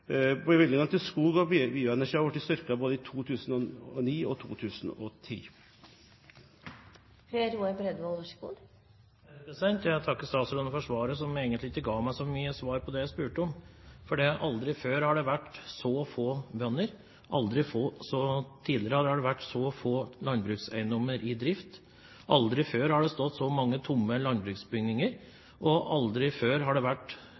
Bevilgningene til skog og bioenergi har blitt styrket både i 2009 og i 2010. Jeg takker statsråden for svaret, som egentlig ikke ga meg så mye svar på det jeg spurte om. Aldri før har det vært så få bønder, aldri før har det vært så få landbrukseiendommer i drift, aldri før har det stått så mange landbruksbygninger tomme, og aldri før har det egentlig vært